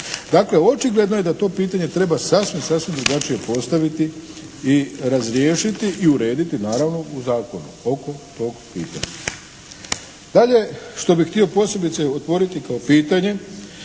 Dakle, očigledno je da to pitanje treba sasvim, sasvim drugačije postaviti i razriješiti i urediti naravno u zakonu oko tog pitanja. Dalje što bih htio posebice odgovoriti kao pitanje